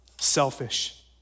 selfish